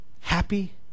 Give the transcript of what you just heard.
happy